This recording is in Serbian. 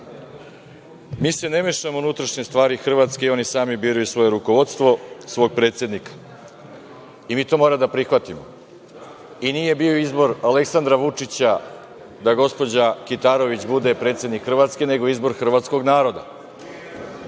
mi se ne mešamo u unutrašnje stvari Hrvatske i oni sami biraju svoje rukovodstvo, svog predsednika. Mi to moramo da prihvatimo. Nije bio izbor Aleksandra Vučića da gospođa Kitarović bude predsednik Hrvatske, nego izbor hrvatskog naroda. Tako